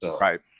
Right